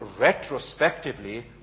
retrospectively